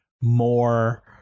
more